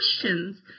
questions